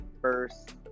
first